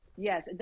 Yes